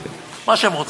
מה שהם רוצים.